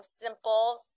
simple